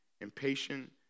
impatient